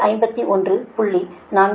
472 0